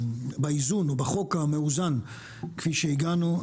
באיזון או בחוק המאוזן כפי שהגענו.